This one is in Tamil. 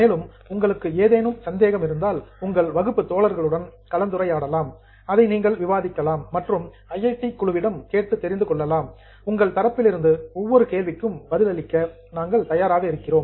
மேலும் உங்களுக்கு ஏதேனும் சந்தேகம் இருந்தால் உங்கள் வகுப்பு தோழர்களுடன் கலந்துரையாடலாம் அதை நீங்கள் விவாதிக்கலாம் மற்றும் ஐஐடி குழுவிடம் கேட்டு தெரிந்து கொள்ளலாம் உங்கள் தரப்பிலிருந்து ஒவ்வொரு கேள்விக்கும் பதில் அளிக்க நாங்கள் தயாராக இருக்கிறோம்